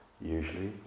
usually